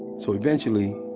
so eventually,